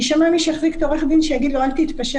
ישמע מי שיחזיק את עורך הדין שיגיד לו: אל תתפשר,